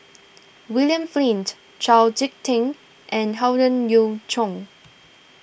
William Flint Chau Sik Ting and Howe Yoon Chong